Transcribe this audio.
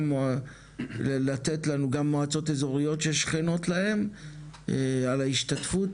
גם לתת לנו מועצות אזוריות ששכנות להם על ההשתתפות